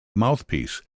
mouthpiece